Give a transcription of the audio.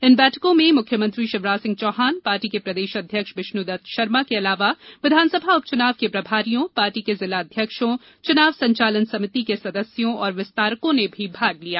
इन बैठकों में मुख्यमंत्री शिवराज सिंह चौहान पार्टी के प्रदेश अध्यक्ष विष्णुदत्त शर्मा के अलावा विधानसभा उपचुनाव के प्रभारियों पार्टी के जिला अध्यक्षों चुनाव संचालन समिति के सदस्यों और विस्तारकों ने भी भाग लिया